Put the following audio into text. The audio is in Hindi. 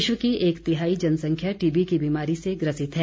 विश्व की एक तिहाई जनसंख्या टीबी की बीमारी से ग्रसित है